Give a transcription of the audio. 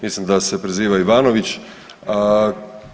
Mislim da se preziva Ivanović.